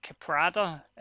Caprada